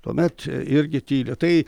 tuomet irgi tyli tai